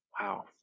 Wow